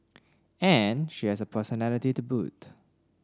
and she has a personality to boot